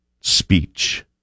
speech